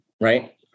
right